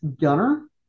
Gunner